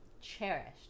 Cherished